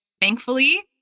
thankfully